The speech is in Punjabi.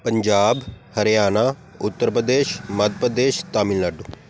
ਪੰਜਾਬ ਹਰਿਆਣਾ ਉੱਤਰ ਪ੍ਰਦੇਸ਼ ਮੱਧ ਪ੍ਰਦੇਸ਼ ਤਾਮਿਲਨਾਡੂ